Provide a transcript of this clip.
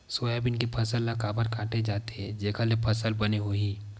Soybean के फसल ल काबर काटे जाथे जेखर ले फसल बने होही?